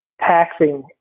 taxing